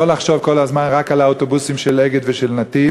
לא לחשוב כל הזמן רק על האוטובוסים של "אגד" ושל "נתיב"